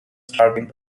starting